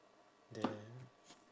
then